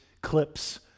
clips